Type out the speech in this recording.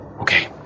Okay